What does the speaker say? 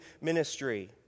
ministry